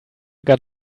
got